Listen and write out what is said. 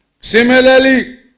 Similarly